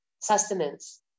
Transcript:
sustenance